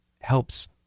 helps